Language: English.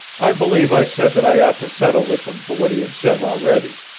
i believe i said that i ought to settle with him for what he had said already.